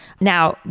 Now